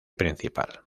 principal